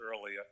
earlier